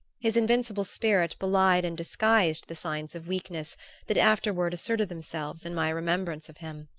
his invincible spirit belied and disguised the signs of weakness that afterward asserted themselves in my remembrance of him.